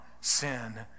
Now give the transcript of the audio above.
sin